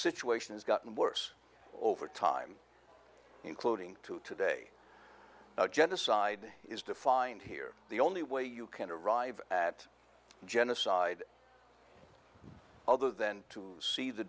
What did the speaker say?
situation has gotten worse over time including to today genocide is defined here the only way you can arrive at genocide other than to see the